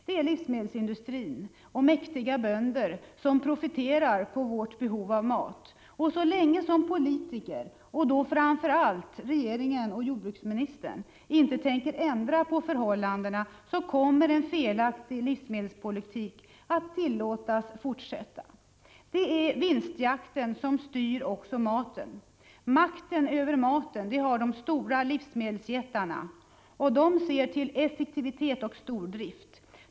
Det är livsmedelsindustrin och mäktiga bönder som profiterar på vårt behov av mat. Och så länge politiker, och framför allt regeringen och jordbruksministern, inte tänker ändra på förhållandena, kommer en felaktig livsmedelspolitik att tillåtas fortsätta. Det är vinstjakten som styr också matproduktionen. Makten över maten har de stora livsmedelsjättarna, och de ser till effektivitet och stordrift.